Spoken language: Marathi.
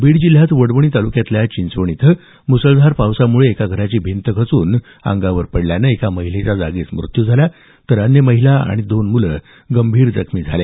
बीड जिल्ह्यात वडवणी तालुक्यातल्या चिंचवण इथं मुसळधार पावसामुळे एका घराची भिंत खचून अंगावर पडल्यानं एका महिलेचा जागीच मृत्यू झाला तर अन्य एक महिला आणि दोन मूलं गंभीर जखमी झाले